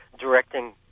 directing